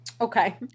Okay